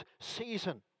season